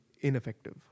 ineffective